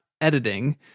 editing